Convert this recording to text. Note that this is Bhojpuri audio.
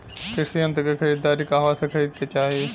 कृषि यंत्र क खरीदारी कहवा से खरीदे के चाही?